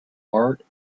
art